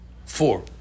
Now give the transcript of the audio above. Four